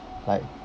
like